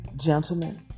gentlemen